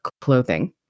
clothing